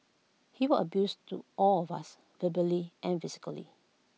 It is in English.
he were abuse to all of us verbally and physically